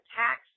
tax